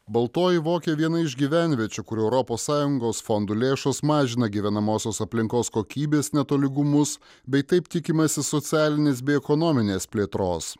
baltoji vokė viena iš gyvenviečių kur europos sąjungos fondų lėšos mažina gyvenamosios aplinkos kokybės netolygumus bei taip tikimasi socialinės bei ekonominės plėtros